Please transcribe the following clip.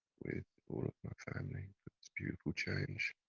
with all of my family, for this beautiful change.